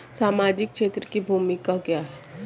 सामाजिक क्षेत्र की भूमिका क्या है?